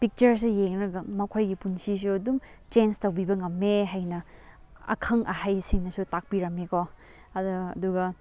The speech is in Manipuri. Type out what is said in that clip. ꯄꯤꯛꯆꯔꯁꯦ ꯌꯦꯡꯂꯒ ꯃꯈꯣꯏꯒꯤ ꯄꯨꯟꯁꯤꯁꯨ ꯑꯗꯨꯝ ꯆꯦꯟꯁ ꯇꯧꯕꯤꯕ ꯉꯝꯃꯦ ꯍꯥꯏꯅ ꯑꯈꯪ ꯑꯍꯩꯁꯤꯡꯅꯁꯨ ꯇꯥꯛꯄꯤꯔꯝꯃꯦ ꯀꯣ ꯑꯗꯣ ꯑꯗꯨꯒ